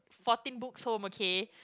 fourteen books home okay